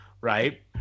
Right